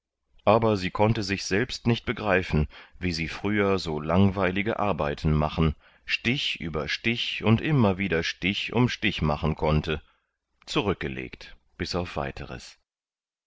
aber sie konnte sich selbst nicht begreifen wie sie früher so langweilige arbeiten machen stich über stich und immer wieder stich um stich machen konnte zurückgelegt bis auf weiteres